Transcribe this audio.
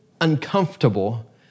uncomfortable